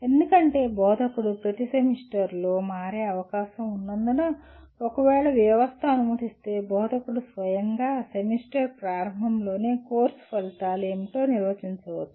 ఎందుకంటే బోధకుడు ప్రతీ సెమిస్టర్ లో మారే అవకాశం ఉన్నందున ఒకవేళ వ్యవస్థ అనుమతిస్తే బోధకుడు స్వయంగా సెమిస్టర్ ప్రారంభంలోనే కోర్సు ఫలితాలు ఏమిటో నిర్వచించవచ్చు